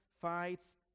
fights